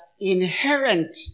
inherent